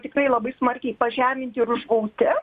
tikrai labai smarkiai pažeminti ir užgauti